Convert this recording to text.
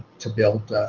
to build,